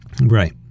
Right